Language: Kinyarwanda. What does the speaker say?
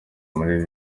muri